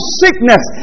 sickness